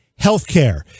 healthcare